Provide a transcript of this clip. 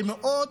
זה מאוד